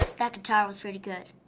that guitar was really good.